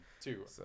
Two